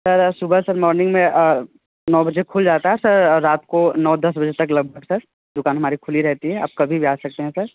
sir सुबह sir morning में नौ बजे खुल जाता है सर रात को नौ दस बजे तक लगभग सर दुकान हमारी खुली रहती है आप कभी भी आ सकते हैं सर